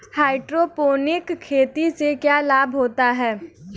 Hydroponic खेती से क्या लाभ हैं?